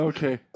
Okay